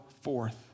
forth